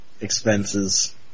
Expenses